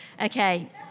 Okay